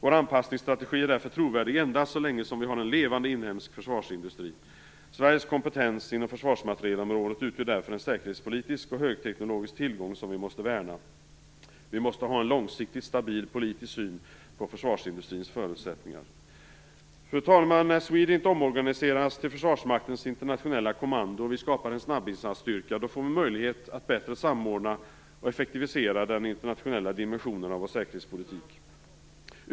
Vår anpassningsstrategi är därför trovärdig endast så länge som vi har en levande inhemsk försvarsindustri. Sveriges kompetens inom försvarsmaterielområdet utgör därför en säkerhetspolitisk och högteknologisk tillgång som vi måste värna. Vi måste ha en långsiktigt stabil politisk syn på försvarsindustrins förutsättningar. Fru talman! När SWEDINT omorganiseras till Försvarsmakten internationella kommando och det skapas en snabbinsatsstyrka får vi möjlighet att bättre samordna och effektivisera vår internationella säkerhetspolitik.